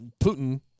Putin